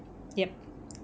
yup